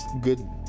good